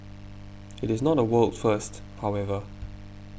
it is not a world first however